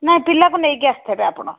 ନା ପିଲାକୁ ନେଇକି ଆସିଥିବେ ଆପଣ